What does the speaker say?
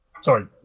sorry